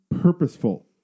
purposeful